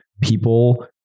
people